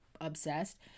obsessed